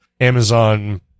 Amazon